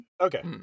Okay